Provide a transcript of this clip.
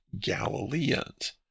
Galileans